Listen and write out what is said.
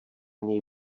něj